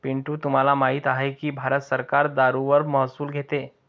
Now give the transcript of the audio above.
पिंटू तुम्हाला माहित आहे की भारत सरकार दारूवर महसूल घेते